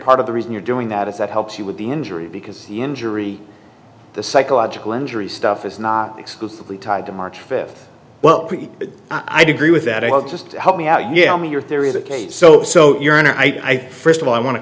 part of the reason you're doing that if that helps you with the injury because the injury the psychological injury stuff is not exclusively tied to march fifth well i'd agree with that i'll just help me out yeah i mean your theory of the case so so your honor i first of all i want to